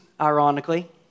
ironically